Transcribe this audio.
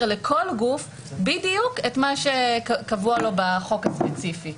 לכל גוף בדיוק מה שקבוע לו בחוק הספציפי,